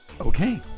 Okay